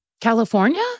California